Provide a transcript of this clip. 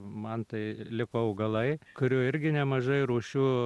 man tai liko augalai kurių irgi nemažai rūšių